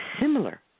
similar